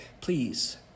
please